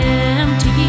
empty